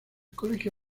colegio